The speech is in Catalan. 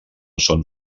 són